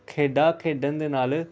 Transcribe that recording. ਖੇਡਾਂ ਖੇਡਣ ਦੇ ਨਾਲ